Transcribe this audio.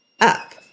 up